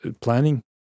planning